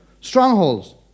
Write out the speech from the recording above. strongholds